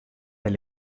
del